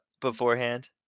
beforehand